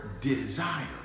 desire